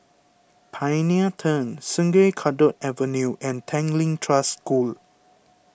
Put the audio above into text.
Pioneer Turn Sungei Kadut Avenue and Tanglin Trust School